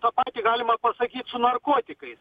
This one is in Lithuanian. tą patį galima pasakyt su narkotikais